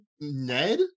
Ned